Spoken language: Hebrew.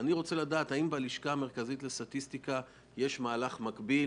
האם בלשכה המרכזית לסטטיסטיקה יש מהלך מקביל?